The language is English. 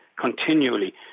Continually